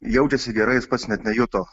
jaučiasi gerai jis pats net nejuto